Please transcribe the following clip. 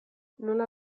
nola